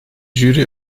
jüri